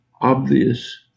obvious